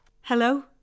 Hello